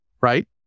right